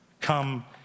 come